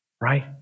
right